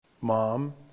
Mom